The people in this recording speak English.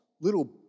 little